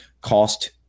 cost